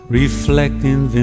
reflecting